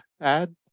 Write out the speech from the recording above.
add